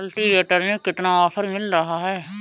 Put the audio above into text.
Cultivator में कितना offer मिल रहा है?